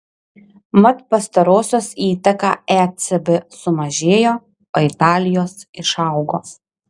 mat pastarosios įtaka ecb sumažėjo o italijos išaugo